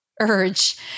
urge